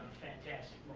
fantastic